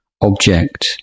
object